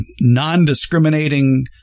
non-discriminating